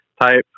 type